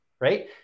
right